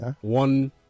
One